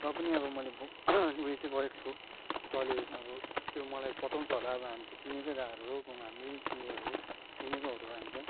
र पनि अब मैले ब उयो चाहिँ गरेको छु तपाईँले अब त्यो मलाई पत्ताउँछ होला अब हामी त चिनेकै दाहरू हो गाउँमा हाम्रै उयो हो चिनेकैहरू हो हामी त